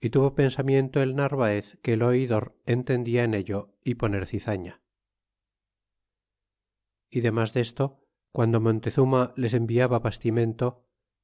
y tuvo pensamiento el narvaez que el oidor entendia en ello a poner zizatia y demas desto guando montezuma les enviaba bastimento